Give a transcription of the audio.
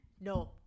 No